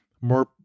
more